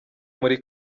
muri